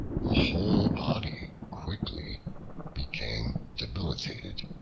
the whole body quickly became debilitated,